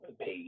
page